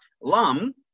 lum